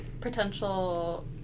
potential